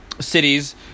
cities